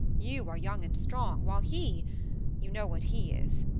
you are young and strong while he you know what he is.